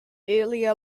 earlier